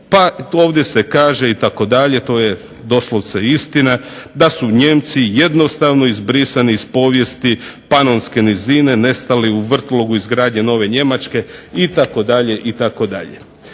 ovdje se kaže itd. to je doslovce istina da su Nijemci jednostavno izbrisani iz povijesti Panonske nizine nestali u vrtlogu izgradnje nove Njemačke itd.